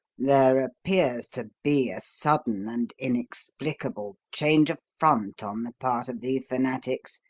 there appears to be a sudden and inexplicable change of front on the part of these fanatics,